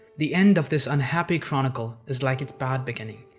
the end of this unhappy chronicle is like its bad beginning,